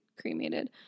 cremated